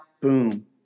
boom